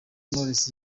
knowless